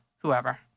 Whoever